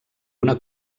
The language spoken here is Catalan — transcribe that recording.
una